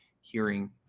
hearing